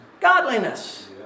godliness